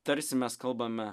tarsi mes kalbame